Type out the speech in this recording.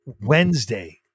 Wednesday